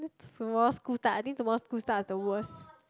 tomorrow school start I think tomorrow school start is the worst